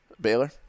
Baylor